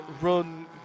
run